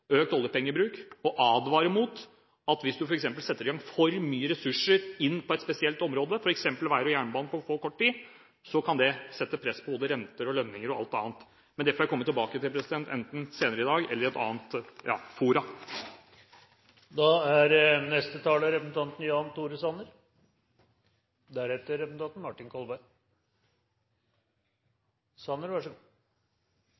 økt oljepengebruk og mot at en setter for mye ressurser inn på et spesielt område – f.eks. vei og jernbane – på kort tid. Det kan sette press på både renter, lønninger og alt annet. Men det får jeg komme tilbake til, enten senere i dag eller i et annet